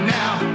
now